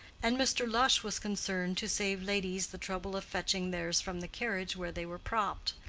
and mr. lush was concerned to save ladies the trouble of fetching theirs from the carriage where they were propped.